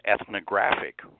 ethnographic